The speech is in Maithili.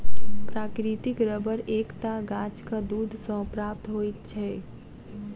प्राकृतिक रबर एक टा गाछक दूध सॅ प्राप्त होइत छै